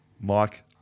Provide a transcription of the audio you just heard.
Mike